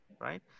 right